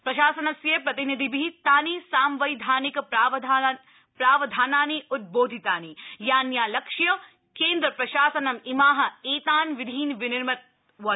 प्रशासनस्य प्रतिनिधिभि तानि सांवैधानिक प्रावधानानि उद्बोधितानि यान्यालक्ष्य केन्द्रप्रशासनं इमा एतान् विधीन् विनिर्मितवत्